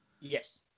Yes